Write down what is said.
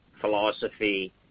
philosophy